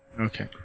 Okay